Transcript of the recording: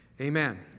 Amen